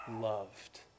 loved